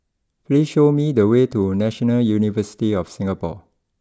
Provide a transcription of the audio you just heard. please show me the way to National University of Singapore